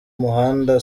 muhanda